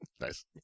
Nice